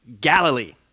Galilee